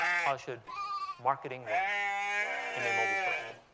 how should marketing work in a mobile-first world?